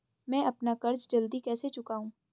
मैं अपना कर्ज जल्दी कैसे चुकाऊं?